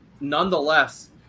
nonetheless